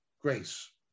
grace